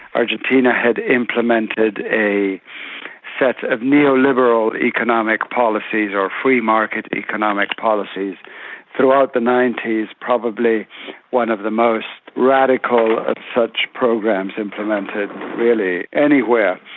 argentina had implemented a set of neoliberal economic policies or free market economic policies throughout the ninety s probably one of the most radical of such programs implemented really anywhere.